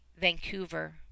Vancouver